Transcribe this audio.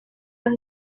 los